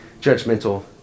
judgmental